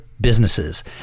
businesses